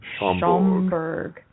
Schomburg